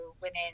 women